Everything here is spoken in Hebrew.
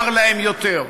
קר להם יותר,